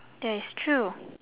that is true